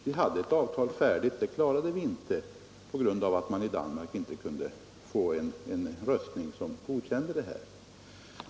Vi hade ett avtal färdigt, och det kunde vi inte genomföra på grund av att danska riksdagen vid sin röstning inte godkände det.